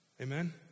Amen